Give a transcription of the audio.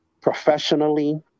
professionally